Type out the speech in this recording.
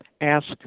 ask